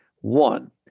One